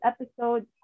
episode